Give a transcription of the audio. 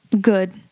good